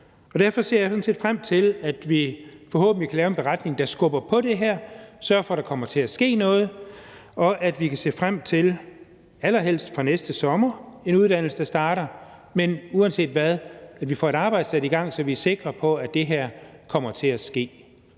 Derfor ser jeg sådan set frem til, at vi forhåbentlig kan lave en beretning, der skubber på det her og sørger for, at der kommer til at ske noget, og at vi kan se frem til – allerhelst fra næste sommer – en uddannelse, der starter; men at vi uanset hvad får sat et arbejde i gang, så vi er sikre på, at det her kommer til at ske.